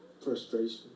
frustration